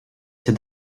ces